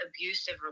abusive